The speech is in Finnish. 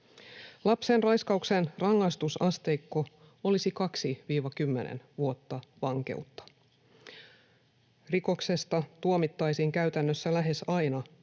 Lapsenraiskauksen rangaistusasteikko olisi 2–10 vuotta vankeutta. Rikoksesta tuomittaisiin käytännössä lähes aina